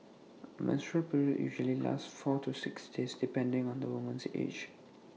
A menstrual period usually lasts four to six days depending on the woman's age